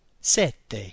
Sette